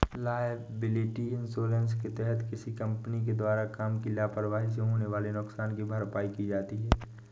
liability insurance के तहत किसी कंपनी के द्वारा काम की लापरवाही से होने वाले नुकसान की भरपाई की जाती है